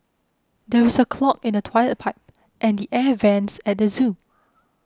there is a clog in the Toilet Pipe and the Air Vents at the zoo